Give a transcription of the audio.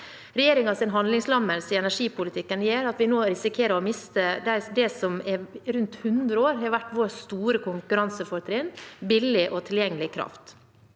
Regjeringens handlingslammelse i energipolitikken gjør at vi nå risikerer å miste det som i rundt hundre år har vært vårt store konkurransefortrinn: billig og tilgjengelig kraft.